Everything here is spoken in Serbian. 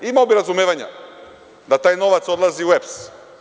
Imao bih razumevanja da taj novac odlazi u EPS.